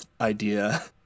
idea